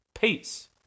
Peace